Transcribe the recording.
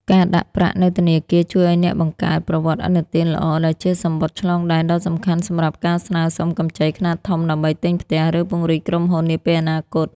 ការដាក់ប្រាក់នៅធនាគារជួយឱ្យអ្នកបង្កើត "ប្រវត្តិឥណទាន" ល្អ ដែលជាសំបុត្រឆ្លងដែនដ៏សំខាន់សម្រាប់ការស្នើសុំកម្ចីខ្នាតធំដើម្បីទិញផ្ទះ ឬពង្រីកក្រុមហ៊ុននាពេលអនាគត។